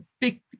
big